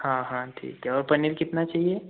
हाँ हाँ ठीक है और पनीर कितना चाहिए